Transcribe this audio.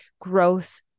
growth